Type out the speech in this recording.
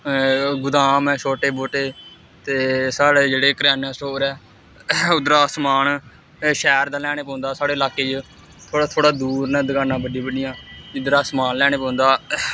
गदाम ऐ छोटे मोटे ते साढ़े जेह्ड़े करेआना स्टोर ऐ उद्धरा समान शैह्र दा लेआने पौंदा साढ़े इलाके च थोह्ड़ा थोह्ड़ा दूर न दकानां बड्डियां बड्डियां इद्धरा अस समान लैने पौंदा